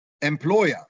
employer